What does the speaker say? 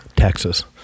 Texas